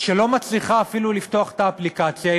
שלא מצליחה אפילו לפתוח את האפליקציה.